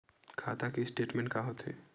खाता के स्टेटमेंट का होथे?